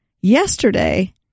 yesterday